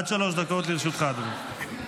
עד שלוש דקות לרשותך, אדוני.